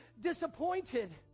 disappointed